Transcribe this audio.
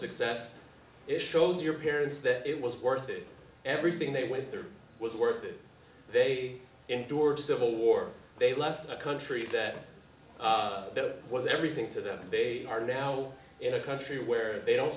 success it shows your parents that it was worth it everything they went through was worth it they endured a civil war they left a country that was everything to them they are now in a country where they don't